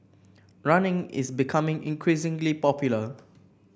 running is becoming increasingly popular